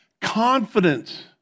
confidence